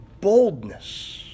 boldness